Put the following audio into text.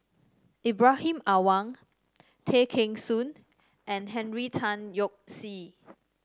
Ibrahim Awang Tay Kheng Soon and Henry Tan Yoke See